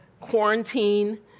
quarantine